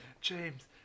James